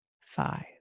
five